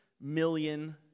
million